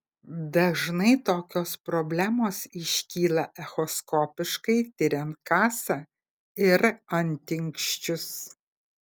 dažnai tokios problemos iškyla echoskopiškai tiriant kasą ir antinksčius